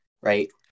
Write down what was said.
right